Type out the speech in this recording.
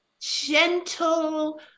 gentle